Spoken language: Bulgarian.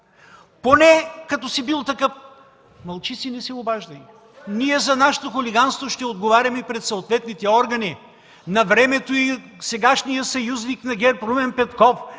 Поне, като си бил такъв, мълчи си и не се обаждай! За нашето хулиганство ние ще отговаряме пред съответните органи. Навремето и сегашен съюзник на ГЕРБ – Румен Петков,